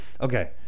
okay